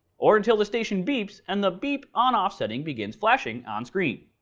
or until the station beeps and the beep on off setting begins flashing on screen.